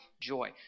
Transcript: joy